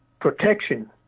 protection